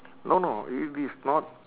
no no if it's not